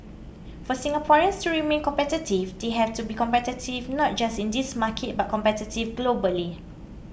for Singaporeans to remain competitive they have to be competitive not just in this market but competitive globally